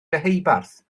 deheubarth